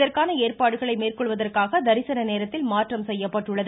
இதற்கான ஏற்பாடுகளை மேற்கொள்வதற்காக தரிசன நேரத்தில் மாற்றம் செய்யப்பட்டுள்ளது